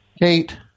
Kate